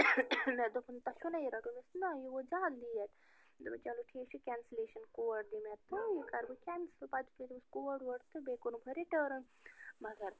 مےٚ دوٚپن تۄہہِ چھُو نا یہِ رٹُن مےٚ ووٚنُس نا یہِ ووت زیادٕ لیٹ دوٚپُن چَلو ٹھیٖک چھُ کٮ۪نسٕلیشن کوڈ دِ مےٚ تہٕ یہِ کرٕ بہٕ کٮ۪نسٕل پتہٕ دیُت مےٚ تٔمِس کوڈ ووڈ تہٕ بیٚیہِ کوٚرُکھ مےٚ رٕٹٲرٕن مگر